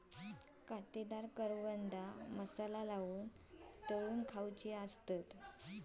काटेदार करवंदा मसाला लाऊन तळून खातत